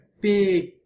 big